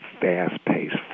fast-paced